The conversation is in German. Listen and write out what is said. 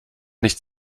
nicht